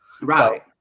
Right